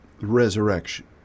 resurrection